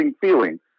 feeling